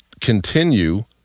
continue